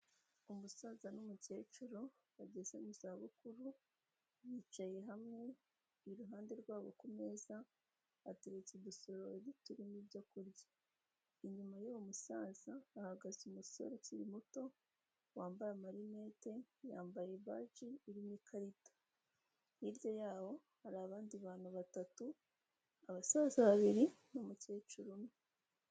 Umusaza n'umukecuru bageze mu za bukuru bicaye hamwe iruhande rwabo kumeza hateretse udusoro duturimo ibyo kurya, inyuma y'uwo musaza hagaze umusore ukiri muto wambaye amarinette yambaye baje iririmo ikarita, hirya yaho hari abandi bantu batatu abasaza babiri n'umukecuru umwe.